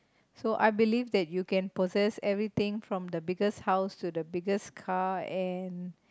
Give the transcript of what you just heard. so I believe that you can possess everything from the biggest house to the biggest car and